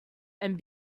and